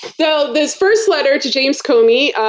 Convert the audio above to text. so this first letter to james comey,